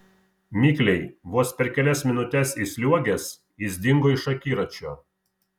mikliai vos per kelias minutes įsliuogęs jis dingo iš akiračio